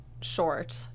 short